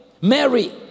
Mary